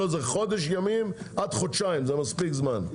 חודש ימים עד חודשיים זה מספיק זמן.